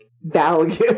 value